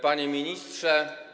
Panie Ministrze!